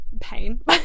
pain